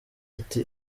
ati